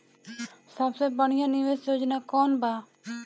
सबसे बढ़िया निवेश योजना कौन बा?